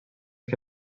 que